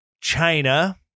China